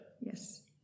Yes